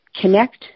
connect